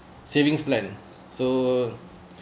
savings plan so